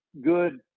good